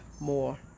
more